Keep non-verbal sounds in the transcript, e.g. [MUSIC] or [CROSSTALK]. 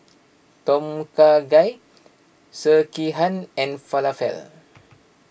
Tom Kha Gai Sekihan and Falafel [NOISE]